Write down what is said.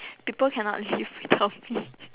people cannot live without me